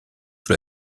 sous